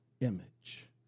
image